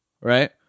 right